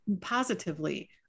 positively